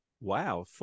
Wow